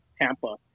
Tampa